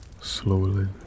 slowly